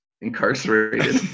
incarcerated